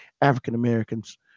African-Americans